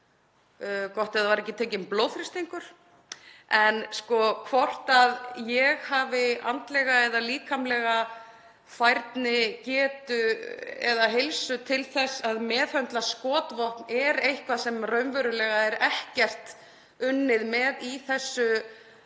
gott ef það var ekki tekinn blóðþrýstingur en það hvort ég hafi andlega eða líkamlega færni, getu eða heilsu til að meðhöndla skotvopn er eitthvað sem raunverulega er ekkert unnið með í þessu